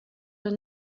that